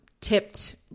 tipped